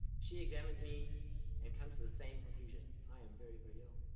she examines me and comes to the same conclusion. i am very very ill.